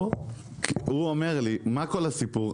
מה כל הסיפור?